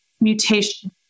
mutation